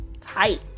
tight